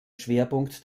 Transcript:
schwerpunkt